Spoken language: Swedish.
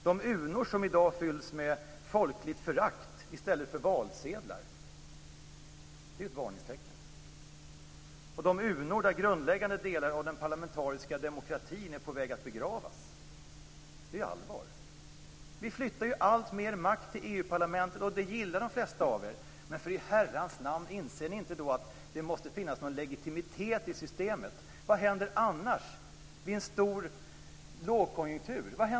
De urnor som i dag fylls med folkligt förakt i stället för valsedlar är ett varningstecken. De urnor där grundläggande delar av den parlamentariska demokratin är på väg att begravas är allvar. Vi flyttar alltmer makt till EU-parlamentet, och det gillar de flesta av er. Men inser ni inte att det måste finnas någon legitimitet i maktsystemet? Vad händer annars vid en stor lågkonjunktur?